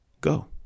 go